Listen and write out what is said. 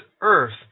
earth